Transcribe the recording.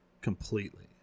completely